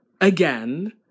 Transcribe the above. again